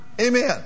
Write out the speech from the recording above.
Amen